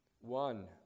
One